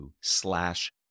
slash